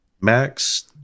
Max